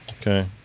Okay